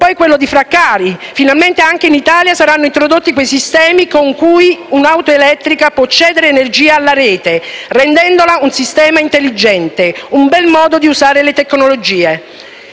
del collega Fraccaro: finalmente anche in Italia saranno introdotti quei sistemi con cui un'auto elettrica può cedere energia alla rete, rendendola un sistema intelligente. È un bel modo, questo, di usare le tecnologie.